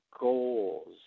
goals